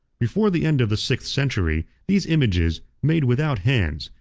before the end of the sixth century, these images, made without hands,